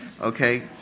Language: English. Okay